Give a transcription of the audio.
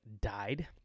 died